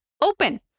open